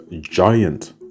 giant